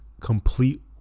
complete